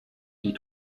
die